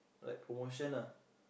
like promotion ah